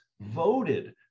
voted